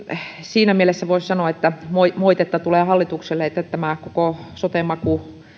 siinä mielessä voisi sanoa että moitetta tulee hallitukselle koska tämä koko sote maku